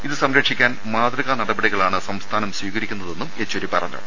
ഇതു സംരക്ഷിക്കാൻ മാതൃകാനടപടികളാണ് സംസ്ഥാനം സ്വീകരിക്കുന്നതെന്നും യെച്ചൂരി പറഞ്ഞു